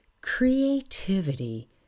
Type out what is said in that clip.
Creativity